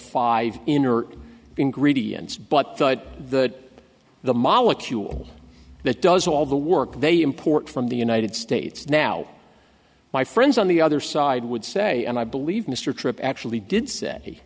five in in gradients but the the molecule that does all the work they import from the united states now my friends on the other side would say and i believe mr tripp actually did say